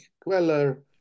Queller